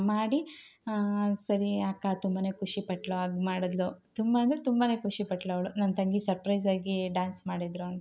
ಮಾಡಿ ಸರಿ ಅಕ್ಕ ತುಂಬಾ ಖುಷಿ ಪಟ್ಟಳು ಹಗ್ ಮಾಡಿದ್ಲು ತುಂಬ ಅಂದರೆ ತುಂಬಾ ಖುಷಿ ಪಟ್ಟಳು ಅವಳು ನನ್ನ ತಂಗಿ ಸರ್ಪ್ರೈಸಾಗಿ ಡಾನ್ಸ್ ಮಾಡಿದ್ಲು ಅಂತ